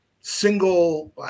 single